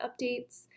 updates